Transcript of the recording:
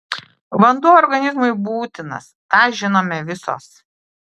vanduo organizmui būtinas tą žinome visos